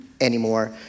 Anymore